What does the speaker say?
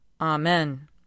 Amen